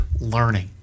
learning